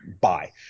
bye